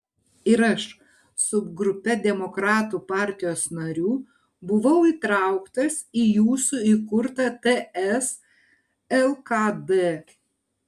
ir aš su grupe demokratų partijos narių buvau įtrauktas į jūsų įkurtą ts lkd